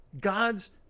God's